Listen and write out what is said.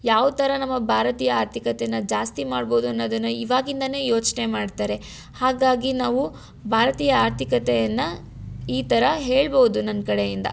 ಯಾವ ಥರ ನಮ್ಮ ಭಾರತೀಯ ಆರ್ಥಿಕತೆನ ಜಾಸ್ತಿ ಮಾಡ್ಬೋದು ಅನ್ನೋದನ್ನು ಇವಾಗಿಂದಲೇ ಯೋಚನೆ ಮಾಡ್ತಾರೆ ಹಾಗಾಗಿ ನಾವು ಭಾರತೀಯ ಆರ್ಥಿಕತೆಯನ್ನು ಈ ಥರ ಹೇಳ್ಬೌದು ನನ್ನ ಕಡೆಯಿಂದ